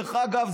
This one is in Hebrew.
דרך אגב,